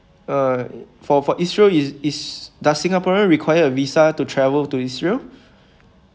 uh for for israel is is does singaporean require a visa to travel to israel